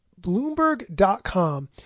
Bloomberg.com